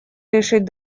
решить